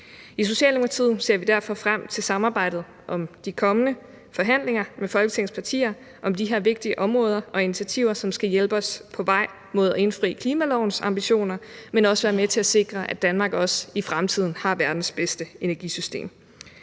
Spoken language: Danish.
I Socialdemokratiet ser vi derfor frem til samarbejdet om de kommende forhandlinger med Folketingets partier om de her vigtige områder og initiativer, som skal hjælpe os på vej mod at indfri klimalovens ambitioner, men også være med til at sikre, at Danmark også i fremtiden har verdens bedste energisystem.